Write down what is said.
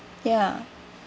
ya